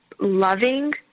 loving